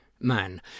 man